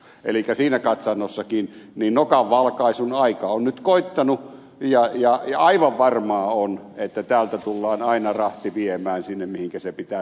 elikkä siinä katsannossakin nokanvalkaisun aika on nyt koittanut ja aivan varmaa on että täältä tullaan aina rahti viemään sinne mihinkä se pitääkin viedä